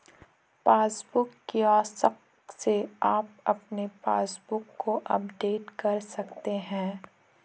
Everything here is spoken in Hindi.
पासबुक किऑस्क से आप अपने पासबुक को अपडेट कर सकते हैं